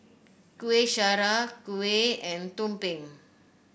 Kuih Syara kuih and tumpeng